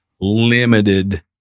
limited